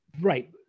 Right